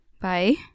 bye